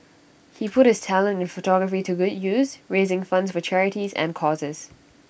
he put his talent in photography to good use raising funds for charities and causes